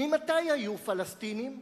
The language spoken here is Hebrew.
ממתי היו פלסטינים?